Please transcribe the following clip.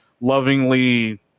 lovingly –